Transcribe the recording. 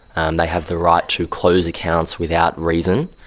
and they have the right to close accounts without reason.